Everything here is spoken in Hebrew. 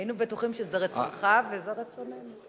היינו בטוחים שזה רצונך וזה רצוננו.